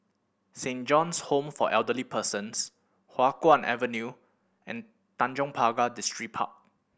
Saint John's Home for Elderly Persons Hua Guan Avenue and Tanjong Pagar Distripark